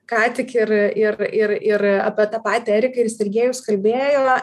ką tik ir ir ir apie tą patį erika ir sergėjus kalbėjo